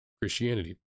Christianity